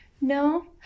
no